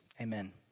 amen